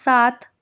سات